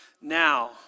now